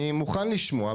אני מוכן לשמוע.